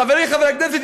חברי חבר הכנסת,